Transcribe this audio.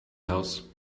house